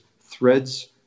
threads